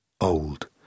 old